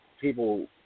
people